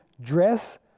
dress